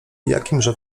jakimże